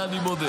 אני מודה.